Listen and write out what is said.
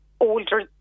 older